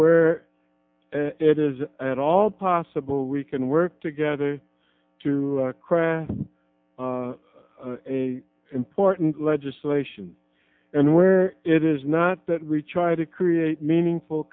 where it is at all possible we can work together to craft important legislation and where it is not that we try to create meaningful